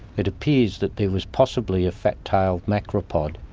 it appears that there was possibly a fat-tailed macropod